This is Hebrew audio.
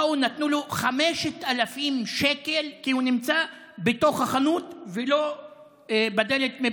באו ונתנו לו 5,000 שקלים כי הוא נמצא בתוך החנות ולא מחוץ לדלת,